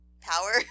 power